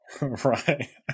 Right